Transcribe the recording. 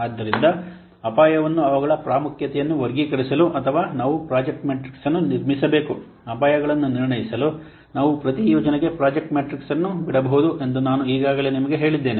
ಆದ್ದರಿಂದ ಅಪಾಯವನ್ನು ಅವುಗಳ ಪ್ರಾಮುಖ್ಯತೆಯನ್ನು ವರ್ಗೀಕರಿಸಲು ಅಥವಾ ನಾವು ಪ್ರಾಜೆಕ್ಟ್ ಮ್ಯಾಟ್ರಿಕ್ಸ್ ಅನ್ನು ನಿರ್ಮಿಸಬೇಕು ಅಪಾಯಗಳನ್ನು ನಿರ್ಣಯಿಸಲು ನಾವು ಪ್ರತಿ ಯೋಜನೆಗೆ ಪ್ರಾಜೆಕ್ಟ್ ಮ್ಯಾಟ್ರಿಕ್ಸ್ ಅನ್ನು ಬಿಡಬಹುದು ಎಂದು ನಾನು ಈಗಾಗಲೇ ನಿಮಗೆ ಹೇಳಿದ್ದೇನೆ